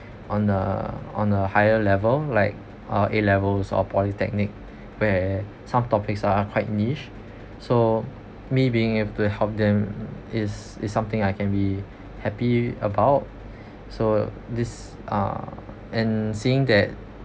on a on a higher level like uh A levels or polytechnic where some topics are quite niche so me being able to help them is is something I can be happy about so this uh and seeing that